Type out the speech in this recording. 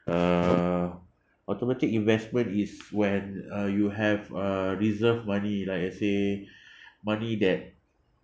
err automatic investment is when uh you have uh reserve money like uh say money that